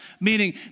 Meaning